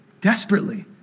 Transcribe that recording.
desperately